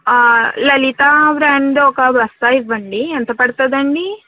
Lalitha brand ఒక బస్తా ఇవ్వండి ఎంత పడతదండీ